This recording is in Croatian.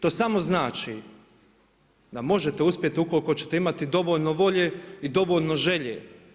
To samo znači da možete uspjeti ukoliko ćete imati dovoljno volje i dovoljno želje.